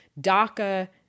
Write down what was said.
DACA